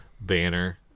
Banner